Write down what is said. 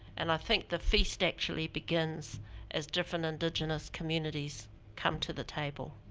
and i think the feast actually begins as different indigenous communities come to the table.